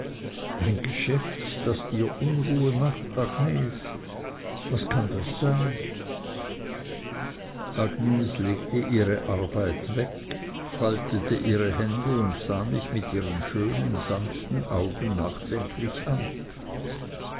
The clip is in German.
ein geschäft das dir unruhe macht agnes was kann das sein agnes legte ihre arbeit weg faltete ihre hände und sah mich mit ihren schönen sanften augen nachdenklich an